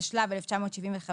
התשל"ו-1975,